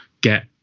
get